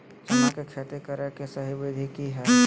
चना के खेती करे के सही विधि की हय?